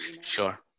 Sure